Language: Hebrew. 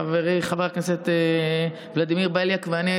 חברי חבר הכנסת ולדימיר בליאק ואני,